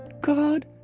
God